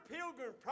Pilgrim